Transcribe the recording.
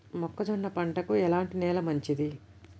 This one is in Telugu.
మొక్క జొన్న పంటకు ఎలాంటి నేల మంచిది?